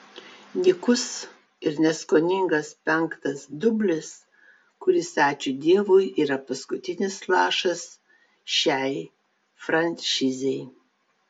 nykus ir neskoningas penktas dublis kuris ačiū dievui yra paskutinis lašas šiai franšizei